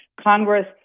Congress